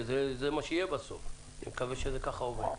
שזה מה שיהיה בסוף ואני מקווה שזה ככה עובד.